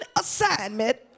assignment